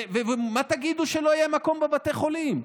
ומה תגידו כשלא יהיה מקום בבתי חולים?